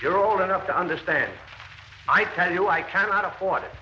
you're old enough to understand i tell you i cannot afford it